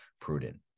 prudent